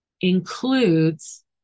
includes